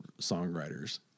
songwriters